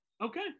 Okay